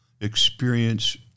experience